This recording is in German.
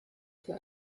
für